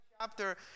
chapter